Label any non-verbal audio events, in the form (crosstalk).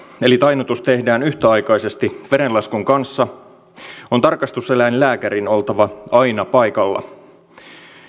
eli tainnutus tehdään yhtäaikaisesti verenlaskun kanssa on tarkastuseläinlääkärin oltava aina paikalla (unintelligible)